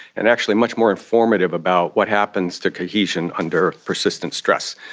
and actually much more informative about what happens to cohesion under persistent stress.